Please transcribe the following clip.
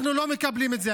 אנחנו לא מקבלים את זה.